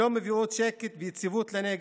שלא מביאים שקט ויציבות לנגב,